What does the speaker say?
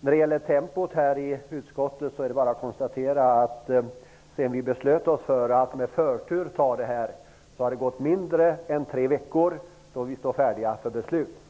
Beträffande tempot i utskottet är det bara att konstatera, att sedan vi beslöt oss för att behandla ärendet med förtur har det gått mindre än tre veckor fram till det att vi nu står färdiga för beslut.